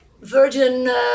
virgin